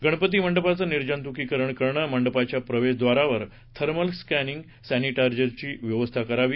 गणपती मंडपांचं निर्जंतुकीकरण करणं मंडपाच्या प्रवेशद्वारावर थर्मल स्कीनिंगसर्पिटायझरची व्यवस्था करावी